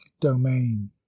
domain